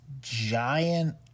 giant